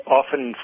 often